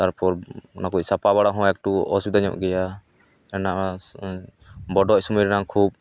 ᱛᱟᱨᱯᱚᱨ ᱚᱱᱟ ᱠᱚ ᱥᱟᱯᱟ ᱵᱟᱲᱟ ᱦᱚᱸ ᱮᱠᱩ ᱚᱥᱩᱵᱤᱫᱟᱧᱚᱜ ᱜᱮᱭᱟ ᱨᱮᱱᱟᱜ ᱚᱱᱟ ᱵᱚᱰᱚᱡ ᱥᱳᱢᱳᱭ ᱨᱮᱱᱟᱜ ᱠᱷᱩᱵᱽ